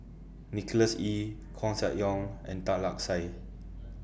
Nicholas Ee Koeh Sia Yong and Tan Lark Sye